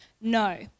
No